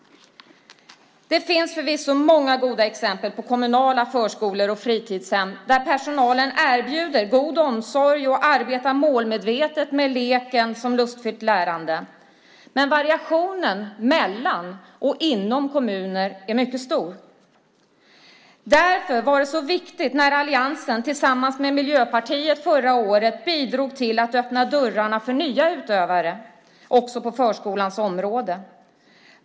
Det finns förvisso många goda exempel på kommunala förskolor och fritidshem där personalen erbjuder god omsorg och arbetar målmedvetet med leken som lustfyllt lärande, men variationen mellan och inom kommuner är mycket stor. Därför var det så viktigt när alliansen tillsammans med Miljöpartiet förra året bidrog till att öppna dörrarna för nya utövare också på förskolans område.